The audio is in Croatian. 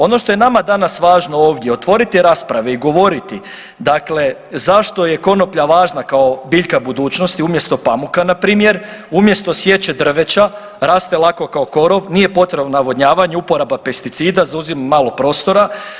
Ono što je nama danas važno ovdje otvoriti rasprave i govoriti, dakle zašto je konoplja važna kao biljka budućnosti umjesto pamuka na primjer, umjesto sječe drveća, raste lako kao korov, nije potrebno navodnjavanje, upotreba pesticida, zauzima malo prostora.